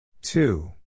Two